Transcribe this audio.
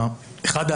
אחד,